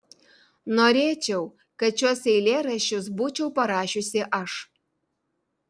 norėčiau kad šiuos eilėraščius būčiau parašiusi aš